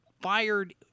fired